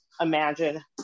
imagine